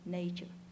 nature